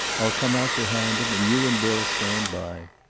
i'll come out behind him, and you and bill stand by.